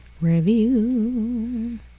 review